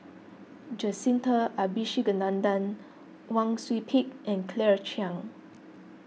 Jacintha Abisheganaden Wang Sui Pick and Claire Chiang